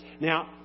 Now